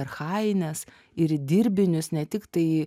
archaines ir į dirbinius ne tik tai į